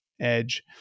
edge